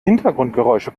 hintergrundgeräusche